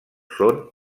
són